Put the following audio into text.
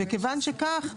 וכיוון שכך,